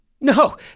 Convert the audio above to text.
No